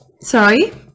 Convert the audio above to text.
Sorry